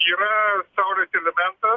yra saulės elementas